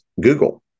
Google